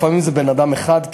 לפעמים זה בן-אדם אחד,